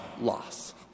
loss